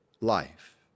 life